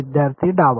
विद्यार्थी डावा